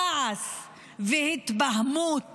כעס והתבהמות